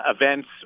events